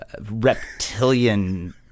reptilian